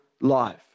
life